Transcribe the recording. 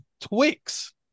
Twix